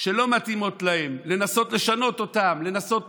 שלא מתאימות להם, לנסות לשנות אותם, לנסות